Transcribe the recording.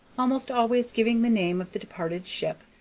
almost always giving the name of the departed ship,